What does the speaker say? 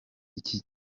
iki